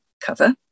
cover